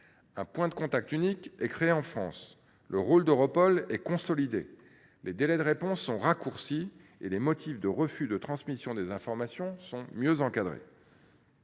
un point de contact unique est créé en France, le rôle d’Europol est consolidé, les délais de réponse sont raccourcis et les motifs de refus de transmission des informations sont mieux encadrés.